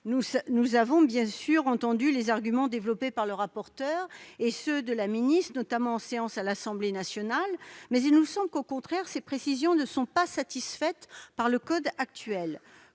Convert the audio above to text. Nous avons, bien sûr, entendu les arguments développés par le rapporteur et ceux qu'a exposés Mme la ministre, notamment en séance à l'Assemblée nationale. Mais il nous semble que, au contraire, ces précisions ne sont pas satisfaites par le code en